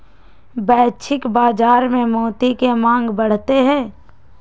वैश्विक बाजार में मोती के मांग बढ़ते हई